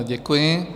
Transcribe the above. Děkuji.